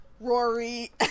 Rory